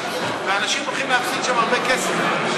ואנשים הולכים להפסיד שם הרבה כסף.